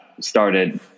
started